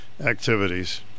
activities